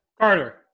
Carter